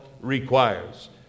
requires